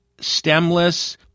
stemless